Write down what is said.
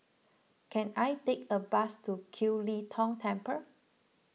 can I take a bus to Kiew Lee Tong Temple